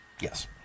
Yes